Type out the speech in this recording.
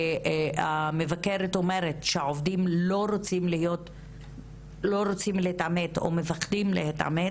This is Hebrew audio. שהמבקרת אומרת שהעובדים לא רוצים להתעמת או מפחדים להתעמת,